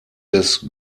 des